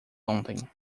ontem